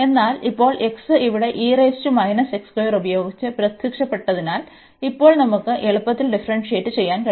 എന്നാൽ ഇപ്പോൾ x ഇവിടെ ഉപയോഗിച്ച് പ്രത്യക്ഷപ്പെട്ടതിനാൽ ഇപ്പോൾ നമുക്ക് എളുപ്പത്തിൽ ഡിഫറെന്സിയേറ്റ് ചെയ്യാൻ കഴിയും